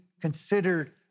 considered